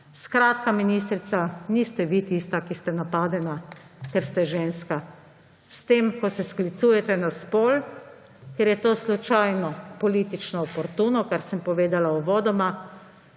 Skratka, ministrica, niste vi tista, ki ste napadena, ker ste ženska. S tem ko se sklicujete na spol, ker je to slučajno politično oportuno, kar sem povedala uvodoma,